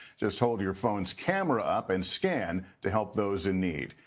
just hold your phone's camera up and scan to help those in need.